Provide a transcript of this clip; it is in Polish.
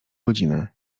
godzinę